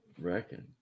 reckon